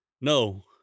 no